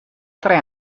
tre